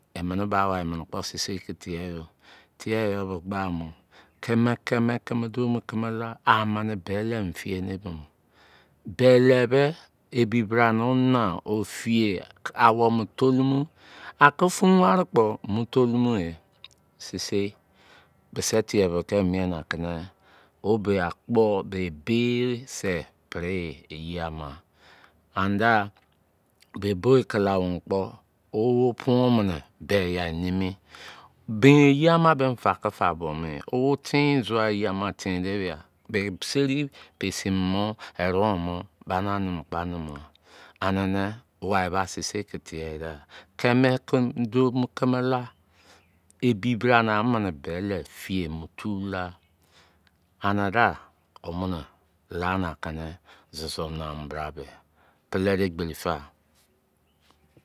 Imini ba wai mo̱ sisei ki teghe yi yo. Tieghe yi yo. Tieghe yi yo be, gbaa mo̱. Kimi-kimi, kimi duo mu kimi la, amini beli mi fiye ni ebimo. Beli be, ebi brano na, o fiye. Awou tolumo. A ki fun wari kpo mu tolumo e. Sisei, bisi tieghe bibi ki imo mien naki ni wo be akpo, be edeese, pri yi eye ama. Andia, be boyi kala-awou mo kpo, o wo poon mini, be yai nemi. O wo tin zua eye ama tin de bia, be seni pesi mo, ere wou, bani a nemu kpo a nemugha. Anini, wai ba sisei ki treghe da, kimi duo mu kimi la, ebi bra ani beli fiye mu tu la. Anida, womini, la ni aki ni zozo naa mo bra be. Pele de egberi fa!